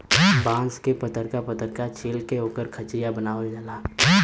बांस के पतरका पतरका छील के ओकर खचिया बनावल जाला